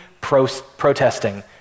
protesting